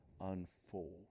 unfold